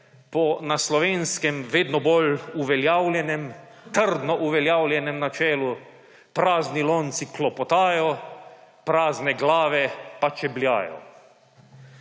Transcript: po na Slovenskem vedno bolj uveljavljenem, trdno uveljavljenem načelu: prazni lonci klopotajo, prazne glave pa čebljajo.